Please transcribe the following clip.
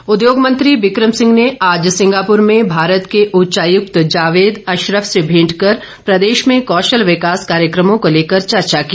Singapore उद्योग मंत्री बिक्रम सिंह ने आज सिंगापुर में भारत के उच्चायुक्त जावेद अशरफ से भेंट कर प्रदेश में कौशल विकास कार्यक्रमों को लेकर चर्चा की